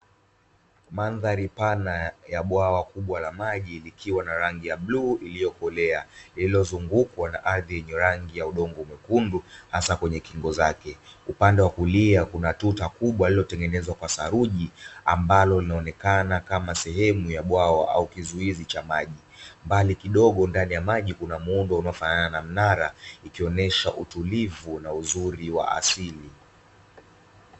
Mandhari pana ya bwawa kubwa la maji likiwa na rangi ya bluu iliyokolea iliyozungukwa na ardhi yenye rangi ya udongo mwekundu hasa kwenye kingo zake upande wa kulia kuna tuta kubwa lililotengenezwa kwa saruji ambalo linaonekana kama sehemu ya bwawa au kizuizi cha maji. Mbali kidogo ndani ya maji kuna muundo uliofanana na mnara ukionesha utulivu na uzuri wa asili.